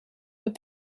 but